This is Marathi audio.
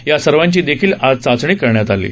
या सर्वांची देखील आज चाचणी करण्यात आली आहे